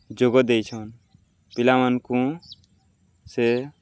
ଯୋଗ ଦେଇଛନ୍ ପିଲାମାନ୍ଙ୍କୁ ସେ